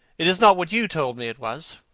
it is not what you told me it was.